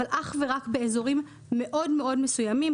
אבל אך ורק באזורים מאוד מאוד מסוימים,